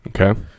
Okay